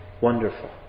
wonderful